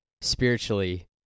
spiritually